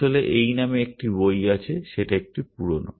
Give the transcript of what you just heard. আসলে এই নামে একটা বই আছে সেটা একটু পুরনো